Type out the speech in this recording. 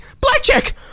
Blackjack